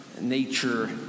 nature